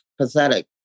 pathetic